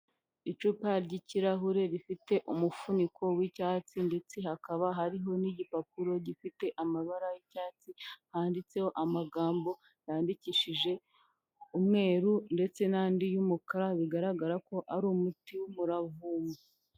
Icupa ry'kirahure rifite umufuniko w'icyatsi ndetse hakaba hariho n'igipapuro gifite amabara y'icyatsi, handitseho amagambo yandikishije umweru ndetse n'andi y'umukara, bigaragara ko ari umuti w'umuravumba.